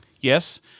Yes